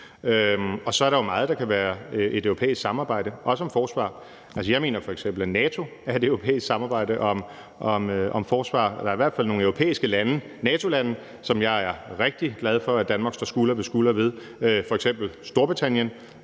Og så er der jo meget, der kan betragtes som europæisk samarbejde, også om forsvar. Jeg mener f.eks., at NATO er et europæisk samarbejde om forsvar – der er i hvert fald nogle europæiske NATO-lande, som jeg er rigtig glad for at Danmark står skulder ved skulder med, som f.eks. Storbritannien.